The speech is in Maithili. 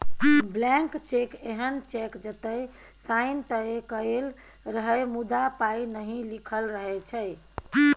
ब्लैंक चैक एहन चैक जतय साइन तए कएल रहय मुदा पाइ नहि लिखल रहै छै